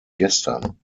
gestern